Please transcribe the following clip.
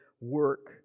work